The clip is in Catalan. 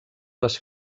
les